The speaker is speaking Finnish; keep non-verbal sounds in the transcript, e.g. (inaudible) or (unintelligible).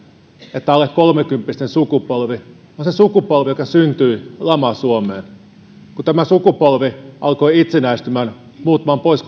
että alle kolmekymppisten sukupolvi on se sukupolvi joka syntyi lama suomeen kun tämä sukupolvi alkoi itsenäistymään muuttamaan pois (unintelligible)